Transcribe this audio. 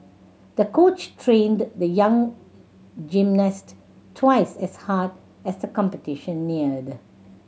the coach trained the young gymnast twice as hard as the competition neared